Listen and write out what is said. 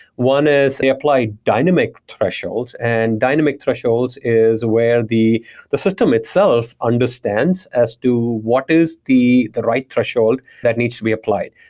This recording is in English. one is the applied dynamic thresholds, and dynamic thresholds is where the the system itself understands as to what is the the right threshold that needs to be applied.